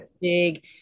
big